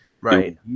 right